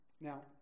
Now